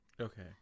Okay